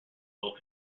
will